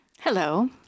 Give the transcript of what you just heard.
Hello